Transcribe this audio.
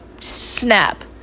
snap